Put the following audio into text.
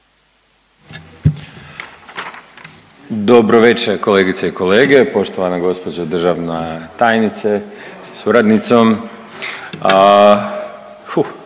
Dobro večer kolegice i kolege, poštovana gospođo državna tajnice sa suradnicom.